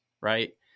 Right